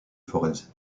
forez